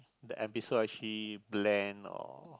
the episode actually blend or